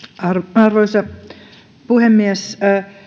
arvoisa puhemies